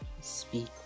speak